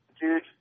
Dude